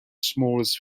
smallest